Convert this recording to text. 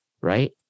Right